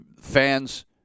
fans